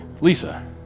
lisa